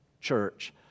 church